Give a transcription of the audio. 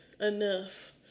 enough